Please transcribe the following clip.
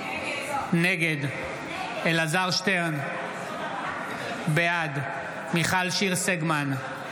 נגד אלעזר שטרן, בעד מיכל שיר סגמן,